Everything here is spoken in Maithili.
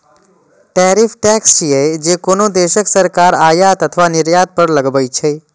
टैरिफ टैक्स छियै, जे कोनो देशक सरकार आयात अथवा निर्यात पर लगबै छै